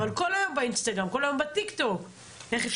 אבל כל היום באינסטגרם, כל היום בטיק-טוק.